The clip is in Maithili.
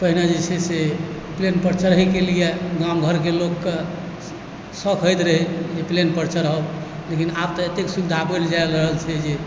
पहिने जे छै से प्लेनपर चढ़ैके लिए गामघरके लोकके सौख होइत रहै जे प्लेनपर चढ़ब लेकिन आब तऽ एतेक सुविधा भेल जा रहल छै